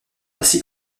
ainsi